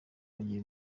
bugiye